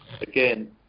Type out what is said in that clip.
again